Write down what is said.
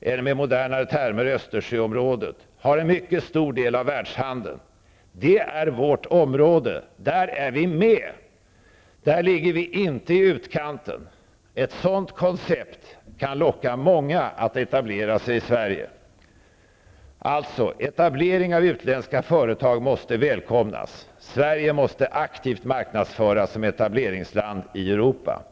eller, med en modernare term, Östersjöområdet har en mycket stor del av världshandeln. Det är vårt område. Där är vi med. Där ligger vi inte i utkanten. Ett sådant koncept kan locka många att etablera sig i Sverige. Alltså: Etablering av utländska företag måste välkomnas. Sverige måste aktivt marknadsföras som etableringsland i Europa.